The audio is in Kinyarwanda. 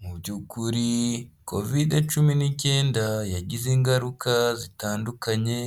Mu by'ukuri kovide cumi n'icyenda yagize ingaruka zitandukanye